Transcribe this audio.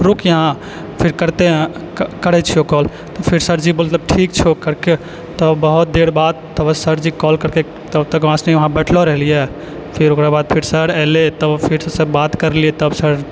रुक यहाँ फिर करते हैं करै छियौ कॉल फिर सर जी बोललक ठीक छौ करके तब बहुत देर बाद सर जी कॉल केलकै तबतक वहाँ बैठलो रहलियै फिर ओकरा बाद सर अयलै तब फिर सऽ सब बात करलियै तत्क्षण